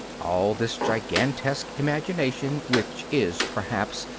all this gigantesque imagination, which is, perhaps,